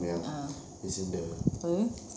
ah uh